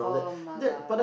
[oh]-my-god